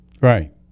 Right